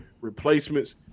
replacements